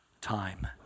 time